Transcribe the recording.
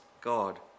God